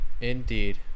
Indeed